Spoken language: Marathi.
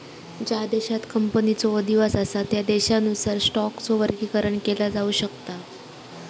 ज्या देशांत कंपनीचो अधिवास असा त्या देशानुसार स्टॉकचो वर्गीकरण केला जाऊ शकता